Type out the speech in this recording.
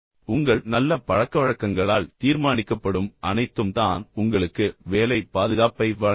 உங்கள் நல்ல பழக்கவழக்கங்களால் தீர்மானிக்கப்படும் அனைத்தும் உங்களை இன்றியமையாததாக மாற்றும் ஒரே விஷயம் தான் உங்களுக்கு வேலை பாதுகாப்பை வழங்க முடியும்